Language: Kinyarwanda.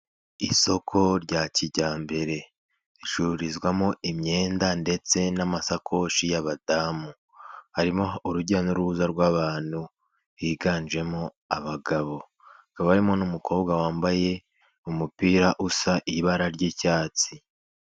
Isoko rya kijyambere ricururizwamo imyenda ndetse n'amasakoshi y'abadamu, harimo urujya n'uruza rw'abantu higanjemo abagabo hakabamo n'umukobwa wambaye umupira usa n'ibara ry'icyatsi.